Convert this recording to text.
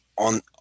on